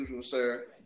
sir